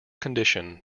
condition